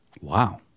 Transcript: Wow